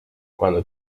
cuando